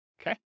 okay